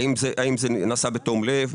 האם זה נעשה בתום לב?